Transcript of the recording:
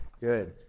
Good